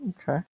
Okay